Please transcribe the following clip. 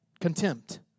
contempt